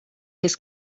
his